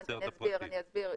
אני אסביר.